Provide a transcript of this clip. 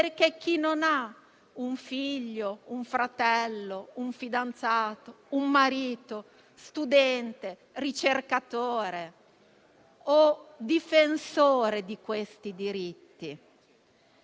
infatti, non ha un figlio, un fratello, un fidanzato o un marito studente, ricercatore o difensore di questi diritti?